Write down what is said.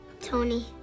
Tony